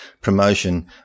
promotion